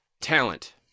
Talent